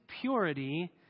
purity